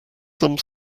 some